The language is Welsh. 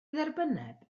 dderbynneb